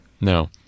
No